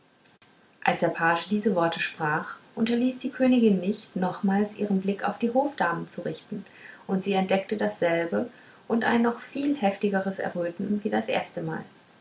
als der page diese worte sprach unterließ die königin nicht nochmals ihren blick auf die hofdamen zu richten und sie entdeckte dasselbe und ein noch viel heftigeres erröten wie das erstemal sie